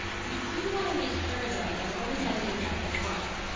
we do want to make sure though that we're only sending this message once.